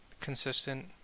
consistent